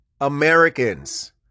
Americans